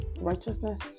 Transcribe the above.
righteousness